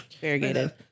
variegated